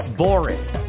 boring